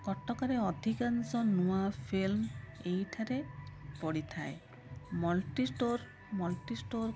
କଟକରେ ଅଧିକାଂଶ ନୂଆ ଫିଲ୍ମ ଏଇଠାରେ ପଡ଼ିଥାଏ ମଲ୍ଟି ଷ୍ଟୋର ମଲ୍ଟି ଷ୍ଟୋର